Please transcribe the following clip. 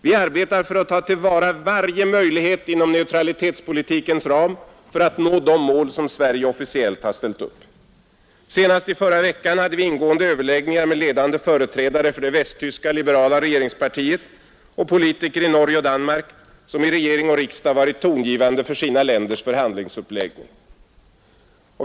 Vi arbetar för att ta till vara varje möjlighet inom neutralitetspolitikens ram för att nå de mål som Sverige officiellt har ställt upp. Senast i förra veckan hade vi ingående överläggningar med ledande företrädare för det västtyska liberala regeringspartiet och politiker i Norge och Danmark som i regering och riksdag varit tongivande för sina länders förhandlingsuppläggning.